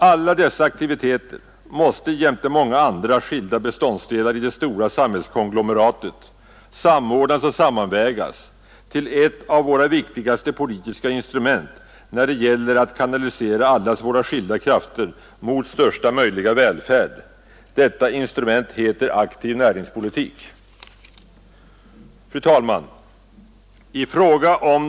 Alla dessa aktiviteter måste jämte många andra skilda beståndsdelar i det stora samhällskonglomeratet samordnas och sammanvägas till ett av våra viktigaste politiska instrument när det gäller att kanalisera allas våra skilda krafter i riktning mot största möjliga välfärd. Detta instrument heter aktiv näringspolitik. Fru talman!